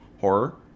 horror